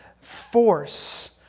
force